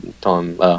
time